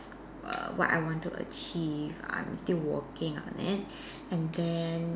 err what I want to achieve I'm still working on it and then